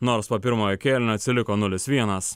nors po pirmojo kėlinio atsiliko nulis vienas